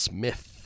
Smith